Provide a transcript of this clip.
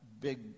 big